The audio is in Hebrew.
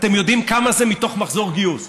אתם יודעים כמה זה מתוך מחזור גיוס.